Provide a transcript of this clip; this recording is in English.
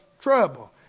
trouble